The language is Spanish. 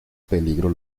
peligro